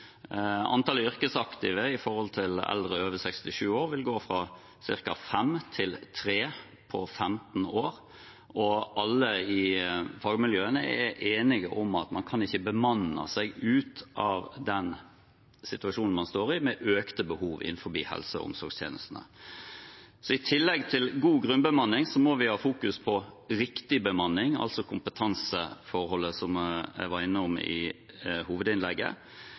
Antallet yrkesaktive i forhold til eldre over 67 år vil gå fra ca. 6 til 3 på 15 år, og alle i fagmiljøene er enige om at man ikke kan bemanne seg ut av den situasjonen man står i med økte behov innenfor helse- og omsorgstjenestene. I tillegg til god grunnbemanning må vi ha fokus på riktig bemanning, altså kompetanseforholdet, som jeg var innom i hovedinnlegget.